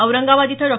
औरंगाबाद इथं डॉ